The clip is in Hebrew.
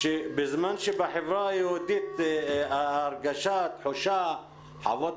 שבזמן שבחברה היהודית ההרגשה והתחושה וחוות